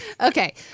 Okay